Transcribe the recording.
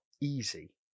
easy